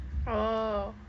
oh